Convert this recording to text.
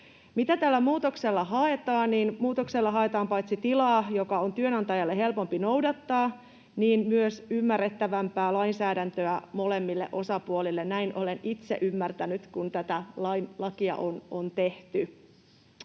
Muutoksella haetaan paitsi tilaa, joka on työnantajalle helpompi noudattaa, myös ymmärrettävämpää lainsäädäntöä molemmille osapuolille — näin olen itse ymmärtänyt, kun tätä lakia on tehty.